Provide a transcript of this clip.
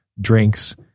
drinks